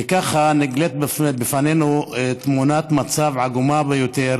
וככה נגלית בפנינו תמונת מצב עגומה ביותר